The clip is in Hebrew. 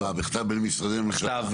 בכתב בין משרדי הממשלה.